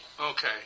Okay